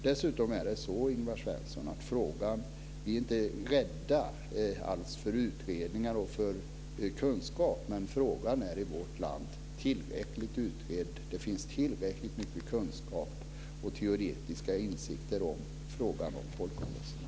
Dessutom är det så, Ingvar Svensson, att vi inte alls är rädda för utredningar och kunskap, men frågan är tillräckligt utredd i vårt land. Det finns tillräckligt mycket kunskap och teoretiska insikter i frågan om folkomröstningar.